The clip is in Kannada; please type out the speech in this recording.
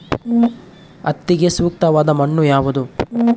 ಹತ್ತಿಗೆ ಸೂಕ್ತವಾದ ಮಣ್ಣು ಯಾವುದು?